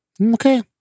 Okay